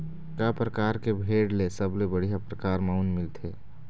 का परकार के भेड़ ले सबले बढ़िया परकार म ऊन मिलथे?